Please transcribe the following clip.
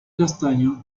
castaño